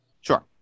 Sure